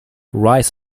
rice